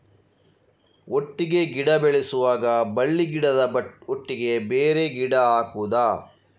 ಒಟ್ಟಿಗೆ ಗಿಡ ಬೆಳೆಸುವಾಗ ಬಳ್ಳಿ ಗಿಡದ ಒಟ್ಟಿಗೆ ಬೇರೆ ಗಿಡ ಹಾಕುದ?